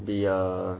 the uh